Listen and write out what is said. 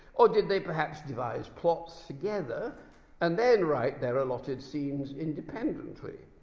or did they perhaps devise plots together and then write their allotted scenes independently?